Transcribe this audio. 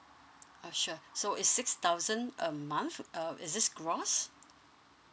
uh sure so it's six thousand a month uh is this gross